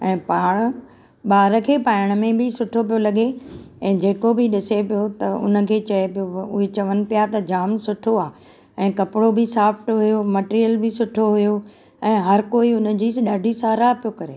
ऐं पाण ॿार खे पाइण में बि सुठो पियो लॻे ऐं जेको बि ॾिसे पियो त उन खे चइ पियो उहे चवनि पिया त जाम सुठो आहे ऐं कपड़ो बि सॉफ़्ट हुयो मैटेरियल बि सुठो हुयो ऐं हर कोई हुन जी ॾाढी सहारा पियो करे